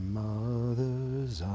mother's